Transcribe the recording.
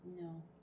No